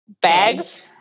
bags